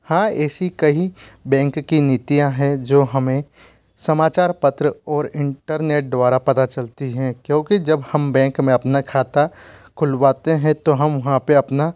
हाँ ऐसी कई बैंक की नीतियाँ हैं जो हमें समाचार पत्र और इंटरनेट द्वारा पता चलती हैं क्योंकि जब हम बैंक में अपना खाता खुलवाते हैं तो हम वहाँ पर अपना